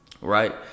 Right